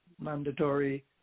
mandatory